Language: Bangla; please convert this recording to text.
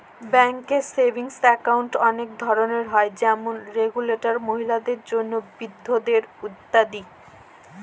ব্যাঙ্কে সেভিংস একাউন্ট অনেক ধরনের হয় যেমন রেগুলার, মহিলাদের জন্য, বৃদ্ধদের ইত্যাদি